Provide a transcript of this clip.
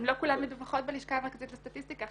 לא כולן מדווחות בלשכה המרכזית לסטטיסטיקה,